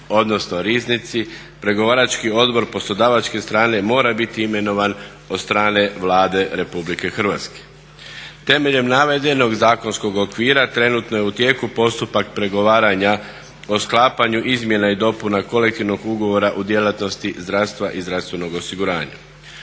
odnosno riznici. Pregovarački odbor s poslodavačke strane mora biti imenovan od strane Vlade Republike Hrvatske. Temeljem navedenog zakonskog okvira trenutno je u tijeku postupak pregovaranja o sklapanju izmjena i dopuna kolektivnog ugovora u djelatnosti zdravstva i zdravstvenog osiguranja.